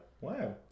Wow